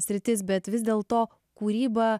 sritis bet vis dėlto kūryba